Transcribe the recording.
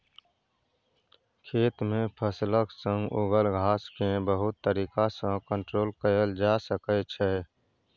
खेत मे फसलक संग उगल घास केँ बहुत तरीका सँ कंट्रोल कएल जा सकै छै